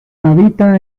habita